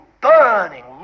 burning